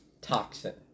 toxin